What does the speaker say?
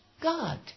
God